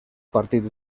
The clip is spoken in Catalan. partit